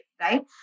right